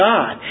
God